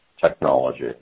technology